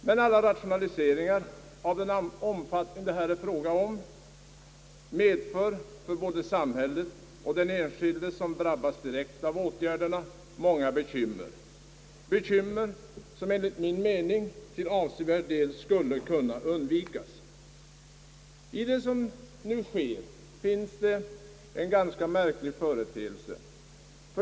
Men alla rationaliseringar av den omfattning det här är fråga om medför för både samhället och den enskilde, som drabbas direkt av åtgärderna, många bekymmer. Bekymmer, som enligt min mening till avsevärd del skulle kunna undvikas. I det som nu sker finns en ganska märklig företeelse.